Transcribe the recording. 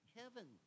heaven